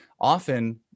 often